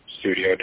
studio